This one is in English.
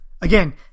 Again